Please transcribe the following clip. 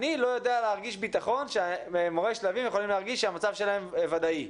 אני לא יודע להרגיש ביטחון שמורי שלבים יכולים להרגיש שהמצב שלהם וודאי.